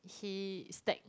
he stack